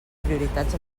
prioritats